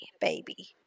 baby